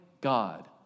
God